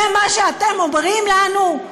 זה מה שאתם אומרים לנו?